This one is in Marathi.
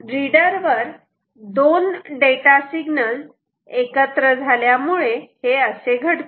रीडर वर दोन डेटा सिग्नल्स एकत्र झाल्यामुळे हे असे घडते